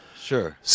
sure